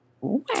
Wow